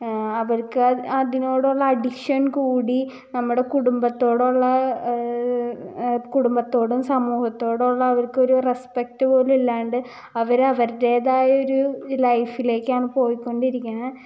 അവർക്ക് അതിനോടുള്ള അഡിക്ഷൻ കൂടി നമ്മുടെ കുടുംബത്തോടുള്ള കുടുംബത്തോടും സമൂഹത്തോടുള്ള അവർക്കൊരു റെസ്പെക്റ്റ് പോലും ഇല്ലാണ്ട് അവർ അവരുടേതായൊരു ലൈഫിലേക്കാണ് പോയിക്കൊണ്ടിരിക്കുന്നത്